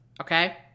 Okay